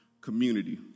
community